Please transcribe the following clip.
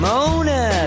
Mona